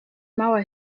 mauer